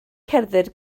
cerdded